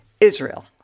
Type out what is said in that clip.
Israel